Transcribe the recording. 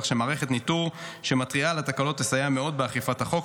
כך שמערכת ניטור שמתריעה על תקלות תסייע מאוד באכיפת החוק.